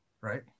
right